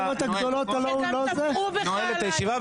עכשיו, אני נועל את הישיבה.